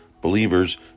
believers